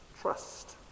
trust